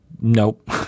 nope